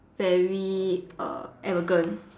very err arrogant